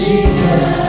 Jesus